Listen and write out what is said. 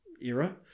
era